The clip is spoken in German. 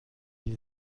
die